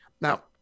now